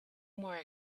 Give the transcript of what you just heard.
more